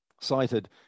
cited